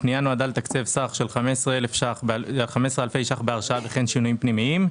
הפנייה נועדה לתקצב סך של 15,000 ש"ח בהרשאה וכן שינויים פנימיים,